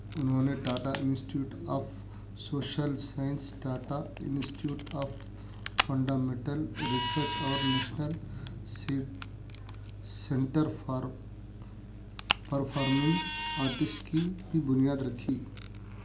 انہوں نے Tata institute of social science Tata institute of fundamental research اور نیشنل سی سینٹر فار پرفارمنگ آرٹس کی بھی بنیاد رکھی